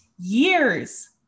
years